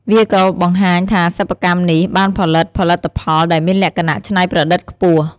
វាក៏បង្ហាញថាសិប្បកម្មនេះ បានផលិតផលិតផលដែលមានលក្ខណៈច្នៃប្រឌិតខ្ពស់។